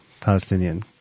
Palestinian